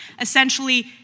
Essentially